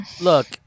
look